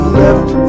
left